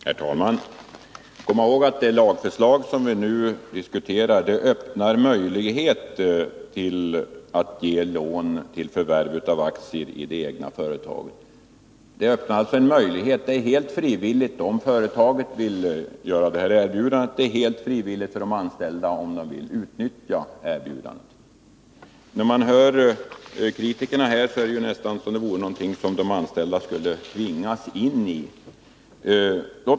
Herr talman! Kom ihåg att det lagförslag som vi nu diskuterar öppnar möjligheter till att ge lån till förvärv av aktier i det egna företaget. Det är helt frivilligt om företaget vill göra erbjudandet, och det är helt frivilligt för de anställda att utnyttja erbjudandet. När man hör kritikerna låter det nästan som om det vore någonting som de anställda skulle tvingas in i.